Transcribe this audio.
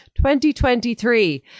2023